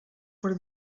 per